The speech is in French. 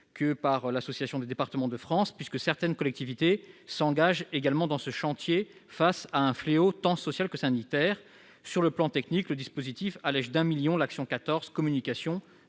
que par l'Assemblée des départements de France, puisque certaines collectivités s'engagent également dans ce chantier face à un fléau tant social que sanitaire. Plus techniquement, le dispositif allège de 1 million d'euros les crédits